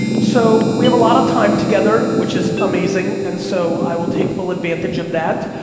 so, we have a lot of time together, which is amazing, and so, i will take full advantage of that,